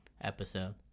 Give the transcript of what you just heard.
episode